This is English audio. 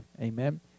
Amen